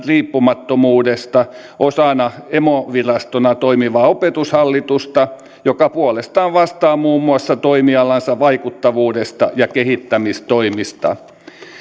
riippumattomuudesta osana emovirastona toimivaa opetushallitusta joka puolestaan vastaa muun muassa toimialansa vaikuttavuudesta ja kehittämistoimista